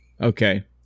Okay